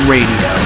Radio